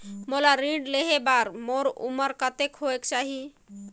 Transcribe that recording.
मोला ऋण लेहे बार मोर उमर कतेक होवेक चाही?